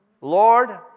Lord